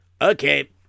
Okay